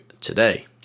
today